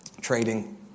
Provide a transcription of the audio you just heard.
Trading